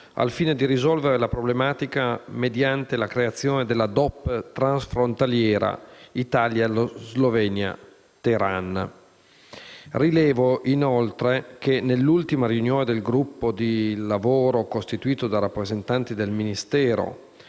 al fine di risolvere la problematica mediante la creazione della DOP transfrontaliera Italia-Slovenia «Teran». Rilevo, inoltre, che nell'ultima riunione del gruppo di lavoro, costituito da rappresentanti del Ministero,